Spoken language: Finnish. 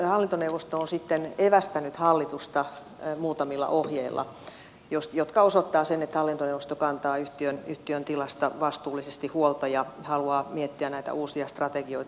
hallintoneuvosto on sitten evästänyt hallitusta muutamilla ohjeilla jotka osoittavat sen että hallintoneuvosto kantaa yhtiön tilasta vastuullisesti huolta ja haluaa miettiä näitä uusia strategioita